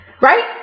Right